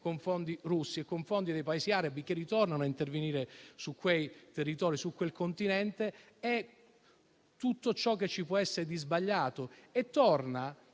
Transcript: con fondi russi e con fondi dei Paesi arabi che tornano a intervenire su quei territori e su quel Continente è sostanzialmente tutto ciò che ci può essere di sbagliato. Voglio